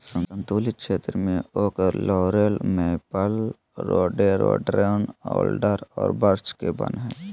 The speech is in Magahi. सन्तुलित क्षेत्र में oak, laurel, maple, rhododendron, alder और बर्च के वन हइ